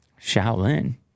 Shaolin